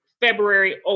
February